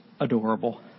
adorable